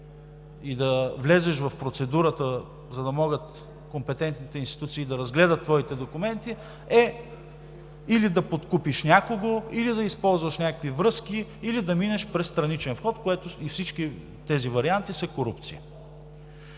и да влезеш в процедурата, за да могат компетентните институции да разгледат твоите документи, е или да подкупиш някого, или да използваш някакви връзки, или да минеш през страничен вход – и всички тези варианти са корупция.